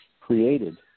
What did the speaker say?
created